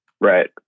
Right